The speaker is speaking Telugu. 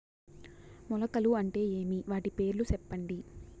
మొలకలు అంటే ఏమి? వాటి పేర్లు సెప్పండి?